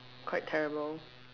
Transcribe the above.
quite terrible